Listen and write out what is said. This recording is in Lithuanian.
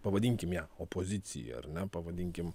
pavadinkim ją opozicija ar ne pavadinkim